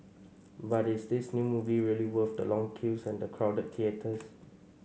but is this new movie really worth the long queues and the crowded theatres